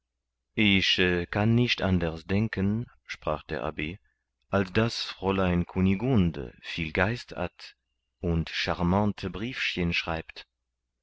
ich kann nicht anders denken sprach der abb als daß fräulein kunigunde viel geist hat und charmante briefchen schreibt